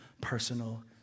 personal